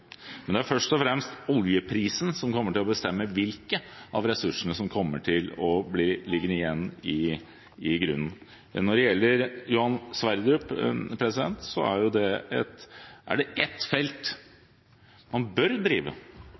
Men det er først og fremst oljeprisen som kommer til å bestemme hvilke av ressursene som kommer til å bli liggende igjen i grunnen. Når det gjelder Johan Sverdrup-feltet: Er det ett felt man bør drive,